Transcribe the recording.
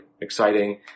exciting